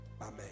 Amen